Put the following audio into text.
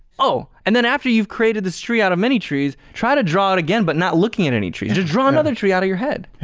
oh! and then after you've created this tree out of many trees, try to draw it again but not looking at any tree. just draw another tree out of your head.